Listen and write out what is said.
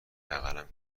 بغلم